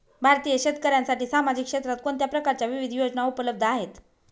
भारतीय शेतकऱ्यांसाठी सामाजिक क्षेत्रात कोणत्या प्रकारच्या विविध योजना उपलब्ध आहेत?